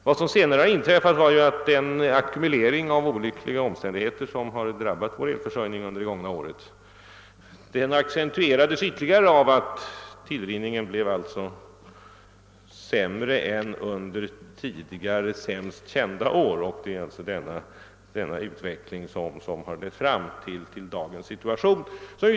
Vad som senare inträffat är ju att den anhopning av olyckliga omständigheter som drabbat vår elförsörjning under det gångna året accentuerades vtterligare till följd av att tillrinningen blev sämre än under tidigare år då situationen varit dålig. Det är alltså denna utveckling som ligger bakom dagens situation.